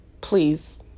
please